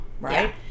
right